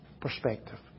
perspective